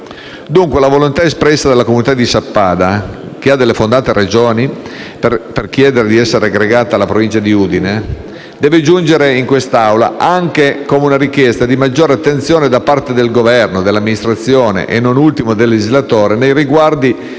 Dunque la volontà espressa dalla comunità di Sappada, che ha delle fondate ragioni per chiedere di essere aggregata alla provincia di Udine, deve giungere in quest'Aula anche come una richiesta di maggiore attenzione da parte del Governo, dell'amministrazione e - non ultimo - del legislatore nei riguardi